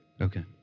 Okay